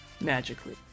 magically